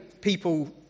people